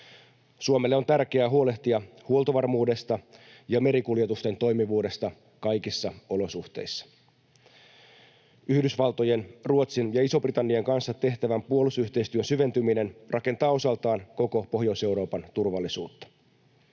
Suomelle on tärkeää huolehtia huoltovarmuudesta ja merikuljetusten toimivuudesta kaikissa olosuhteissa. Yhdysvaltojen, Ruotsin ja Iso-Britannian kanssa tehtävän puolustusyhteistyön syventyminen rakentaa osaltaan koko Pohjois-Euroopan turvallisuutta.